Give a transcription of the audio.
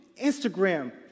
Instagram